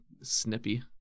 Snippy